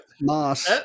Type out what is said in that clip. moss